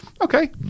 Okay